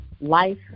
life